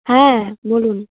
হ্যাঁ বলুন